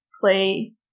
play